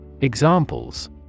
Examples